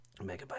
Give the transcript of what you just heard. Megabyte